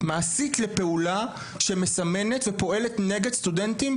מעשית לפעולה, שמסמנת ופועלת נגד סטודנטים,